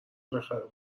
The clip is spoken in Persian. بخره